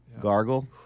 Gargle